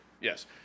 Yes